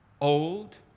old